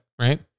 right